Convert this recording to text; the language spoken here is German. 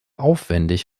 aufwendig